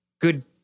good